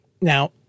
Now